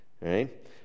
right